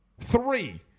Three